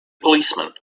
policeman